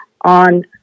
on